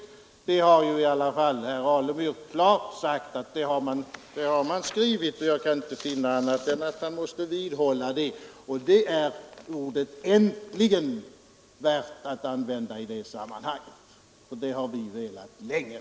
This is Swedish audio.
Herr Alemyr har i alla fall klart sagt att man har skrivit detta, och jag kan inte finna annat än att han måste vidhålla det. Därför är ordet ”äntligen” värt att använda i detta sammanhang. Det gäller något som vi länge har velat få till stånd.